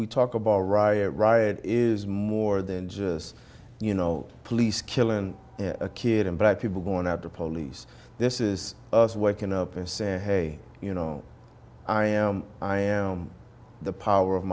we talk about a riot riot is more than just you know police killing a kid and black people going after police this is us waking up and saying hey you know i am i am the power of